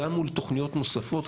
גם מול תוכניות נוספות,